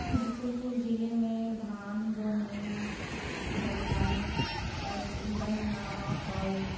मुजफ्फरपुर जिले में धान गेहूँ गन्ना गन्ना और